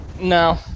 No